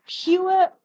pure